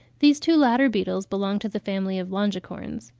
these two latter beetles belong to the family of longicorns.